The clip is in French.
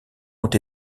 ont